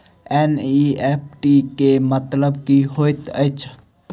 NEFT केँ मतलब की होइत अछि?